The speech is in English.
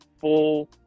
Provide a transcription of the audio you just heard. full